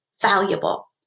valuable